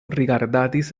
rigardadis